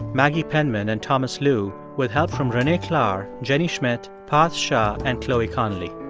maggie penman and thomas lu with help from renee klahr, jenny schmidt, parth shah and chloe connelly.